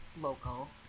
local